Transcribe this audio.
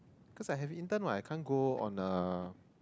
cause I have intern what I can't go on a